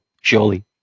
surely